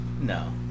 no